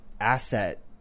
asset